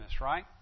right